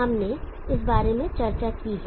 हमने इस बारे में चर्चा की है